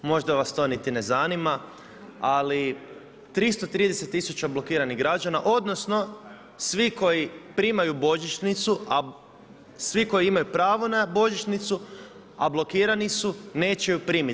Možda vas to ni ne zanima, ali 330 000 blokiranih građana, odnosno svi koji primaju božićnicu, a svi koji imaju pravo na božićnicu, a blokirani su neće ju primit.